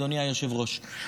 אדוני היושב-ראש,